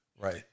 Right